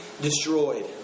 destroyed